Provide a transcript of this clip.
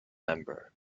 member